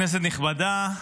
כנסת נכבדה,